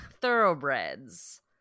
thoroughbreds